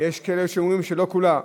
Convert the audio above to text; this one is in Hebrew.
יש כאלה שאומרים שלא כולם.